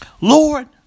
Lord